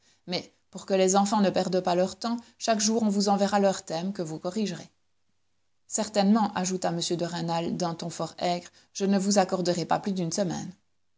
mais pour que les enfants ne perdent pas leur temps chaque jour on vous enverra leurs thèmes que vous corrigerez certainement ajouta m de rênal d'un ton fort aigre je ne vous accorderai pas plus d'une semaine